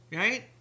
right